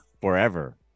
forever